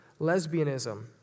lesbianism